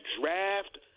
draft